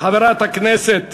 חברת הכנסת